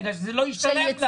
זה לא ישתלם לה.